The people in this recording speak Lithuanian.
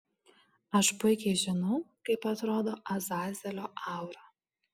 aš puikiai žinau kaip atrodo azazelio aura